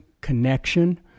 connection